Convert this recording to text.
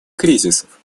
кризисов